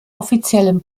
offiziellen